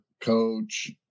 coach